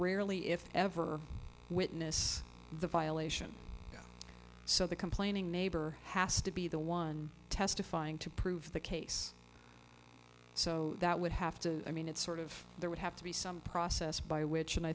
rarely if ever witness the violation so the complaining neighbor has to be the one testifying to prove the case so that would have to i mean it's sort of there would have to be some process by which and i